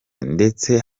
ndetse